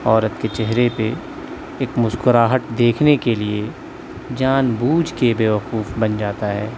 عورت کے چہرے پہ ایک مسکراہٹ دیکھنے کے لیے جان بوجھ کے بیوقوف بن جاتا ہے